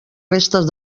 restes